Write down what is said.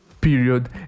Period